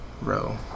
row